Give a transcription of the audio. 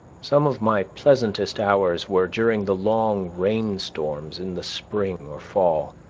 some of my pleasantest hours were during the long rain-storms in the spring or fall,